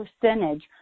percentage